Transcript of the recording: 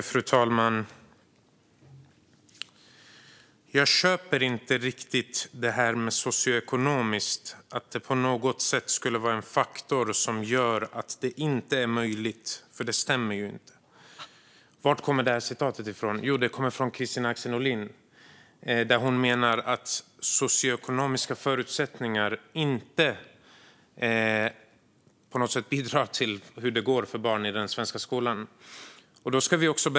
Fru talman! "Jag köper inte riktigt det här med socioekonomiskt, att det på något sätt skulle vara en faktor som gör att det inte är möjligt för det stämmer ju inte". Varifrån kommer detta citat? Det kommer från Kristina Axén Olin, som menar att socioekonomiska förutsättningar inte på något sätt bidrar till hur det går för barn i den svenska skolan.